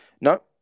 No